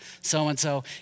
so-and-so